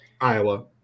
Iowa